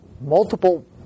multiple